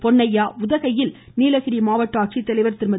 பொன்னையா உதகையில் நீலகிரி மாவட்ட ஆட்சித்தலைவர் திருமதி